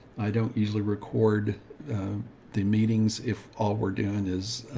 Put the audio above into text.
i don't usually record the meetings. if all we're doing is, ah,